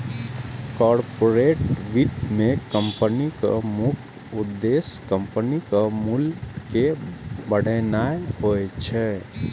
corporate वित्त मे कंपनीक मुख्य उद्देश्य कंपनीक मूल्य कें बढ़ेनाय होइ छै